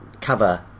cover